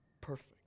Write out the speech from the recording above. perfect